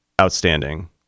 outstanding